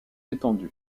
étendus